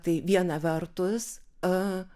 tai viena vertus a